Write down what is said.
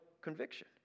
conviction